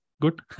good